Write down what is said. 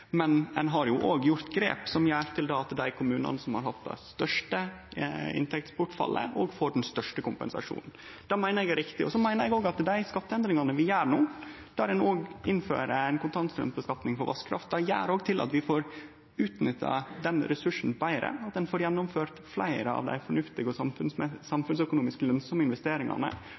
men ein har òg gjort grep som gjer at dei kommunane som har hatt det største inntektsbortfallet, får den største kompensasjonen. Det meiner eg er riktig. Eg meiner òg at dei skatteendringane vi gjer no, der ein innfører ei kontantstraumskattlegging av vasskraft, gjer at vi får utnytta den ressursen betre og får gjennomført fleire fornuftige og samfunnsøkonomisk